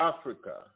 Africa